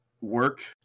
work